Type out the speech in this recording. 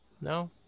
No